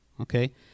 okay